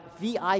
VIP